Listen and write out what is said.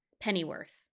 Pennyworth